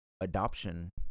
adoption